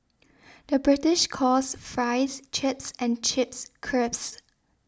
the British calls Fries Chips and Chips Crisps